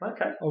Okay